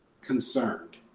concerned